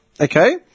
okay